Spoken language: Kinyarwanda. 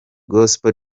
gospel